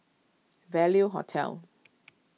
Value Hotel